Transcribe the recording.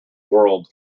world